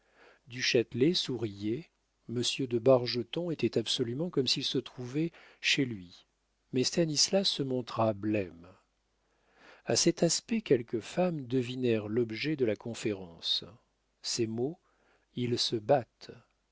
du châtelet souriait monsieur de bargeton était absolument comme s'il se trouvait chez lui mais stanislas se montra blême a cet aspect quelques femmes devinèrent l'objet de la conférence ces mots ils se battent